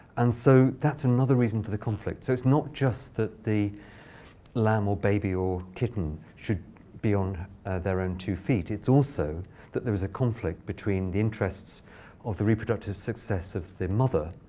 and so that's another reason for the conflict. so it's not just that the lamb, or baby, or kitten should be on their own two feet. it's also that there is a conflict between the interests of the reproductive success of the mother,